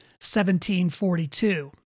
1742